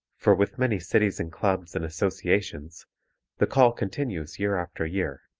for with many cities and clubs and associations the call continues year after year,